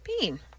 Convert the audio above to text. Bean